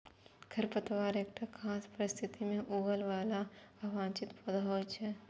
खरपतवार एकटा खास परिस्थिति मे उगय बला अवांछित पौधा होइ छै